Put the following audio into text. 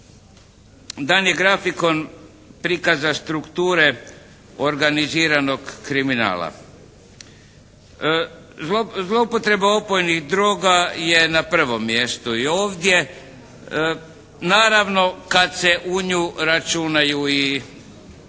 dan je grafikon prikaza strukture organiziranog kriminala. Zloupotreba opojnih droga je na prvom mjestu i ovdje, naravno kad se u nju računaju i oni